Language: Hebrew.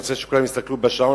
אני רוצה שכולם יסתכלו בשעון.